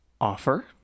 Offer